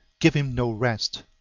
give him no rest.